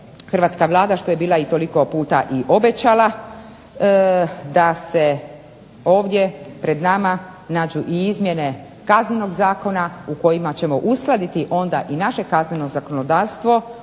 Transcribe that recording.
hrvatska Vlada što je bila toliko puta i obećala da se ovdje pred nama nađu i izmjene Kaznenog zakona u kojima ćemo uskladiti onda i naše kazneno zakonodavstvo